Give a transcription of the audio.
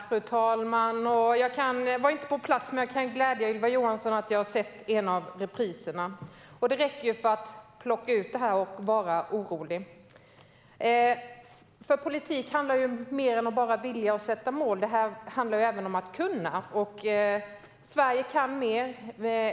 Fru talman! Jag var inte på plats, men jag kan glädja Ylva Johansson med att jag har sett en av repriserna. Det räckte för att jag skulle plocka ut det här och bli orolig. Politik handlar ju om mer än bara vilja och att sätta mål. Det här handlar även om att kunna, och Sverige kan mer.